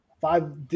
Five